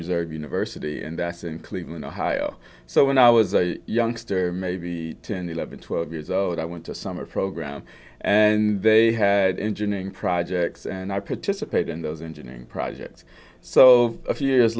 reserve university and that's in cleveland ohio so when i was a youngster maybe ten eleven twelve years old i went to summer program and they had engineering projects and i participate in those engineering projects so a few years